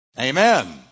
Amen